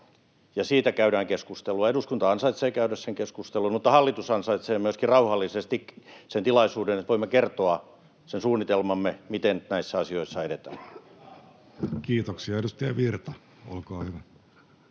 siitä käydään keskustelua. Eduskunta ansaitsee käydä sen keskustelun, mutta hallitus ansaitsee myöskin rauhallisesti sen tilaisuuden, että voimme kertoa sen suunnitelmamme, miten näissä asioissa edetään. [Eduskunnasta: Hyvä